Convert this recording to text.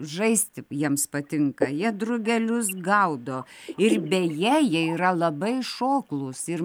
žaisti jiems patinka jie drugelius gaudo ir beje jie yra labai šoklūs ir